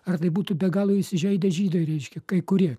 ar tai būtų be galo įsižeidę žydai reiškia kai kurie